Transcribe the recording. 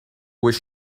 was